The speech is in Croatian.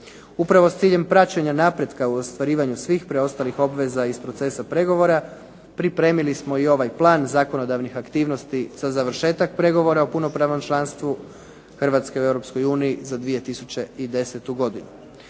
Upravo s ciljem praćenja napretka u ostvarivanju svih preostalih obveza iz procesa pregovora pripremili smo i ovaj plan zakonodavnih aktivnosti za završetak pregovora o punopravnom članstvu Hrvatske u Europskoj uniji za 2010. godinu.